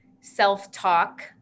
self-talk